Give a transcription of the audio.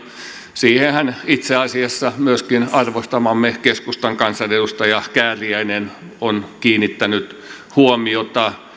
siihenhän itse asiassa myöskin arvostamamme keskustan kansanedustaja kääriäinen on kiinnittänyt huomiota